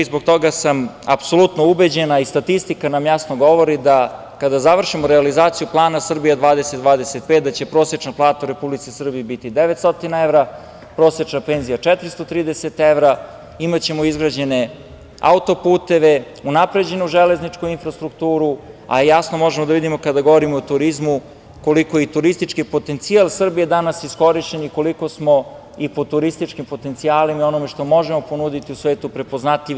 Zbog toga sam apsolutno ubeđen, a i statistika nam jasno govori da kada završimo realizaciju plana „Srbija 2025“, da će prosečna plata u Republici Srbiji biti 900 evra, prosečna penzija 430 evra, imaćemo izgrađene auto-puteve, unapređenu železničku infrastrukturu, a jasno možemo da vidimo kada govorimo o turizmu koliko je i turistički potencijal Srbije danas iskorišćen i koliko smo i po turističkim potencijalima i ono što možemo ponuditi svetu prepoznatljivi.